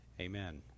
Amen